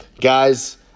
Guys